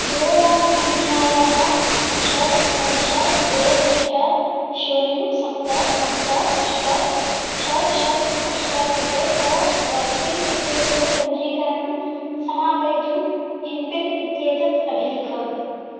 दूरवाणीसङ्ख्यायाः षट् पञ्च द्वे अष्ट शून्यं सप्त सप्त अष्ट षट् षट् अष्ट कृते तव व्याक्सीन् इत्येतत् पञ्जीकरणं समापयितुम् एम्पिन् इत्येतत् अभिलिख